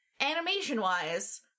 animation-wise